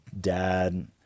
dad